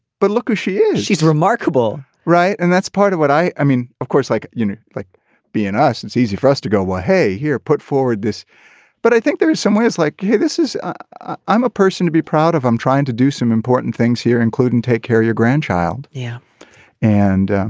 but look who she is. she's remarkable right and that's part of what i i mean. of course like you like being us it's easy for us to go whoa hey here put forward this but i think there is some way it's like hey this is i'm a person to be proud of i'm trying to do some important things here including take care of your grandchild. yeah and.